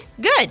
good